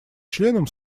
членам